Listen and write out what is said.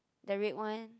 the red one